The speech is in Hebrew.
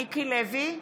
מיקי לוי,